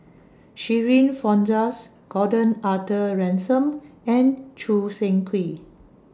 Shirin Fozdar Gordon Arthur Ransome and Choo Seng Quee